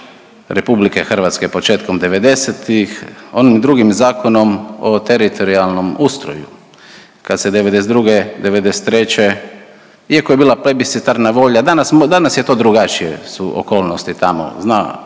Republike Hrvatske, početkom 90-ih, onim drugim Zakonom o teritorijalnom ustroju kad se '92., '93. iako je bila plebicitarna volja, danas, danas je to drugačije su okolnosti tamo, zna